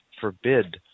forbid